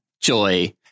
Joy